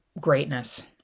greatness